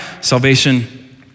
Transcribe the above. Salvation